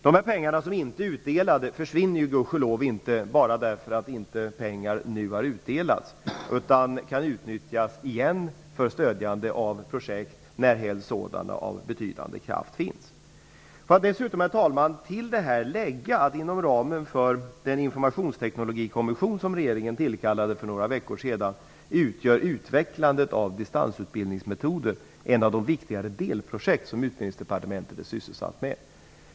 De pengar som inte är utdelade försvinner gudskelov inte bara därför att pengar inte nu har delats ut, utan de kan utnyttjas för stödjande av projekt när ett sådant av betydande kraft finns. Får jag dessutom, herr talman, till detta lägga att inom ramen för den informationsteknologikommission som regeringen tillkallade för några veckor sedan utgör utvecklandet av distansutbildningsmetoder ett av de viktigare delprojekt som Utbildningsdepartementet är sysselsatt med.